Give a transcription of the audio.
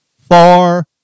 far